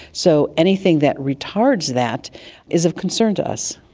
so anything that retards that is of concern to us.